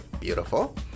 Beautiful